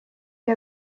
you